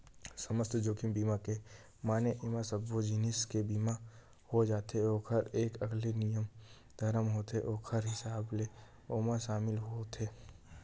समस्त जोखिम बीमा के माने एमा सब्बो जिनिस के बीमा हो जाथे ओखर एक अलगे नियम धरम होथे ओखर हिसाब ले ओमा सामिल होथे